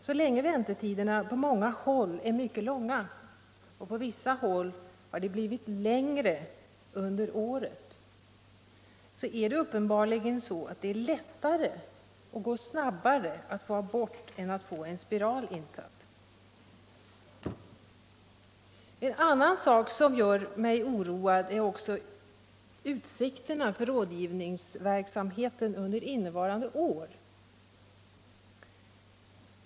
Så länge väntetiderna på många håll är mycket långa — och på vissa håll har de blivit längre under året — är det uppenbarligen så att det är lättare och går snabbare att få en abort än att få en spiral insatt. En annan sak som oroar mig är utsikterna för rådgivningsverksamheten under innevarande år.